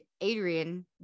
adrian